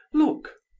look!